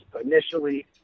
initially –